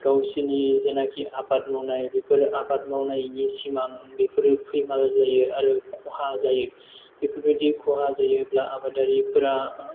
गावसोरनि जेनोखि आबाद मावनाय बेफोर आबाद मावनायनि सिमां बेफोरो फैमाल जायो आरो खहा जायो बेफोरबायदि खहा जायोब्ला आबादारिफोरा